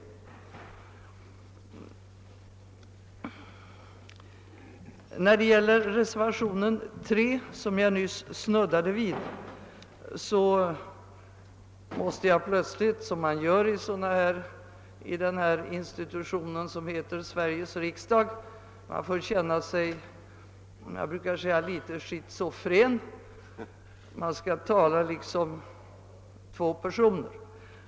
Vad beträffar reservationen 3, som jag nyss snuddade vid, måste jag så att säga bli litet schizofren — man kiänner sig ju sådan ibland här i institutionen Sveriges riksdag — och talar som två olika personer.